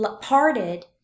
parted